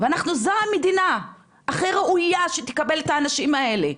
וזו המדינה הכי ראויה שתקבל את האנשים האלה,